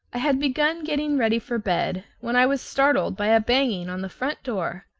i had begun getting ready for bed when i was startled by a banging on the front door.